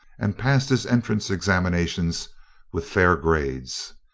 and passed his entrance examinations with fair grades.